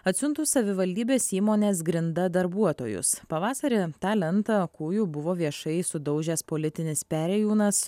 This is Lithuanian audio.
atsiuntus savivaldybės įmonės grinda darbuotojus pavasarį tą lentą kūju buvo viešai sudaužęs politinis perėjūnas